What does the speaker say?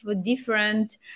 different